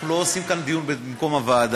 אנחנו לא עושים כאן דיון במקום הוועדה.